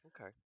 Okay